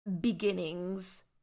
beginnings